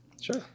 sure